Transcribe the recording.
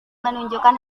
menunjukkan